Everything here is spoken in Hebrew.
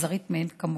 אכזרית מאין כמוה,